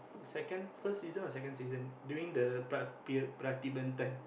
second first season or second season during the pri~ pri~ Prativedan